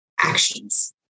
actions